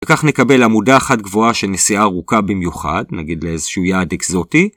וכך נקבל עמודה אחת גבוהה שנסיעה ארוכה במיוחד, נגיד לאיזשהו יעד אקזוטי.